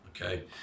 Okay